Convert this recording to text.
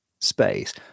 space